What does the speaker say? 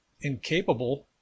incapable